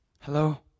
Hello